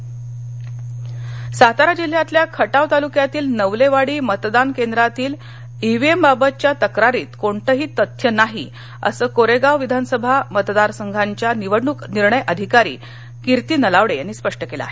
सातारा पोटनिवडणक सातारा जिल्ह्यातल्या खटाव तालुक्यातील नवलेवाडी मतदान केंद्रातील इव्हीएमबाबतच्या तक्रारीत कोणतही तथ्य नाही असं कोरेगांव विधानसभा मतदारसंघाच्या निवडणूक निर्णय अधिकारी कीर्ती नलावडे यांनी स्पष्ट केलं आहे